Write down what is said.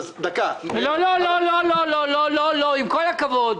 עם כל הכבוד,